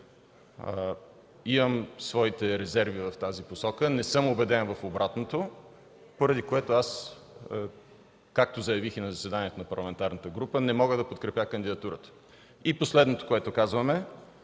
Имам своите резерви в тази посока. Не съм убеден в обратното, поради което, както заявих и на заседанието на парламентарната група, не мога да подкрепя кандидатурата. Последното, което казвам,